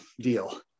deal